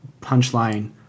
punchline